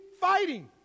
fighting